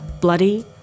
bloody